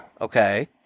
Okay